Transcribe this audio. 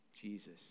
Jesus